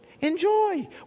enjoy